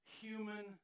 human